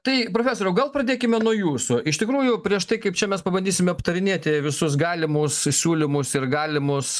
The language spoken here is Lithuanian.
tai profesoriau gal pradėkime nuo jūsų iš tikrųjų prieš tai kaip čia mes pabandysime aptarinėti visus galimus siūlymus ir galimus